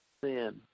sin